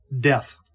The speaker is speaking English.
death